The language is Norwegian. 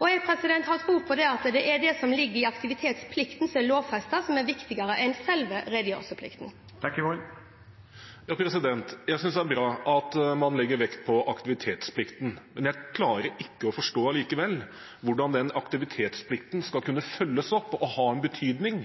Jeg har tro på at det som ligger i aktivitetsplikten, som lovfestes, er viktigere enn selve redegjørelsesplikten. Jeg synes det er bra at man legger vekt på aktivitetsplikten, men jeg klarer ikke å forstå, allikevel, hvordan den aktivitetsplikten skal kunne følges opp og ha en betydning